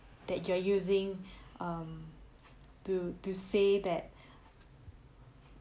that you are using um to to say that